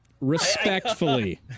Respectfully